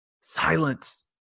silence